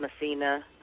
Messina